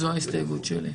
זו ההסתייגות שלי.